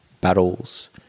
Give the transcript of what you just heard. battles